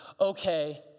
okay